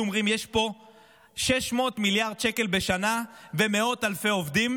אומרים: יש פה 600 מיליארד שקל בשנה ומאות אלפי עובדים,